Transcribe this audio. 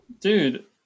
Dude